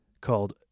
called